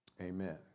Amen